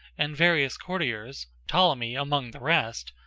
and various courtiers, ptolemy among the rest,